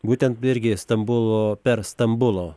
būtent irgi stambulo per stambulo